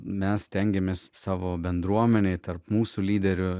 mes stengiamės savo bendruomenėje tarp mūsų lyderių